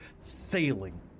sailing